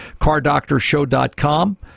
Cardoctorshow.com